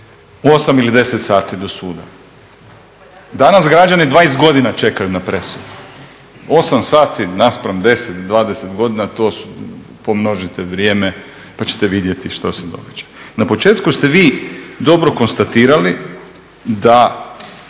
8 ili 10 sati do suda. Danas građani 20 godina čekaju na presudu, 8 sati naspram 10, 20 godina to pomnožite vrijeme pa ćete vidjeti što se događa. Na početku ste vi dobro konstatirali da